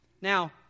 Now